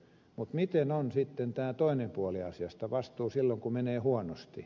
mutta miten on sitten tämä toinen puoli asiasta vastuu silloin kun menee huonosti